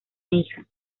hija